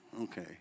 Okay